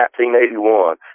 1981